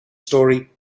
story